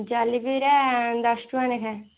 ଜଲେବି ଗୁରା ଦଶ ଟଙ୍କା ଲେଖା